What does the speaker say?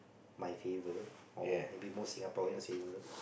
my favour or maybe most Singaporean's favour